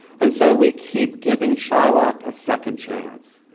and so we keep giving shylock a second chance.